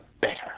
better